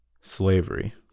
slavery